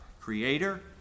creator